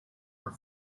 were